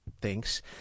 thinks